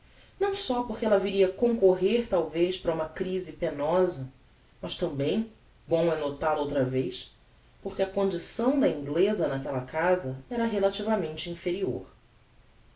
não só porque ella viria concorrer talvez para uma crise penosa mas também bom é notal o outra vez porque a condição da ingleza naquella casa era relativamente inferior